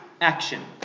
action